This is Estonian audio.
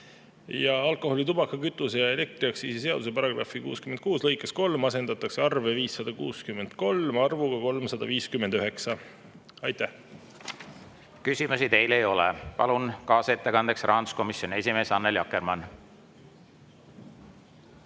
alkoholi-, tubaka-, kütuse- ja elektriaktsiisi seaduse § 66 lõikes 3 asendatakse arv 563 arvuga 359. Aitäh! Küsimusi teile ei ole. Palun kaasettekandjaks rahanduskomisjoni esimehe Annely Akkermanni.